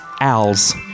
owls